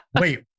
wait